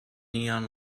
neon